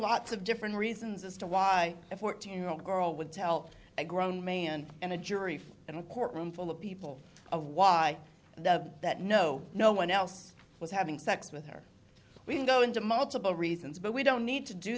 lots of different reasons as to why a fourteen year old girl would tell a grown man and a jury in a courtroom full of people of why the that know no one else was having sex with her we can go into multiple reasons but we don't need to do